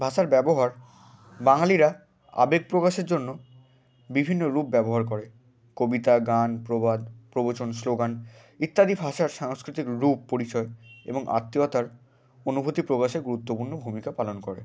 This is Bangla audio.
ভাষার ব্যবহার বাঙালিরা আবেগ প্রকাশের জন্য বিভিন্ন রূপ ব্যবহার করে কবিতা গান প্রবাদ প্রবচন স্লোগান ইত্যাদি ভাষার সাংস্কৃতিক রূপ পরিচয় এবং আত্মীয়তার অনুভূতি প্রকাশে গুরুত্বপূর্ণ ভূমিকা পালন করে